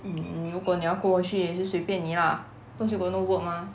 um 如果你要跟我去也是随便你 lah cause you got no work mah